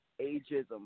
ageism